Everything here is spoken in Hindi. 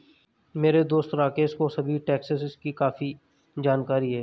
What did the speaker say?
मेरे दोस्त राकेश को सभी टैक्सेस की काफी जानकारी है